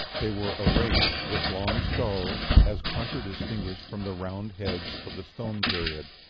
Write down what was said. they were a race with long skulls, as contradistinguished from the round heads of the stone period.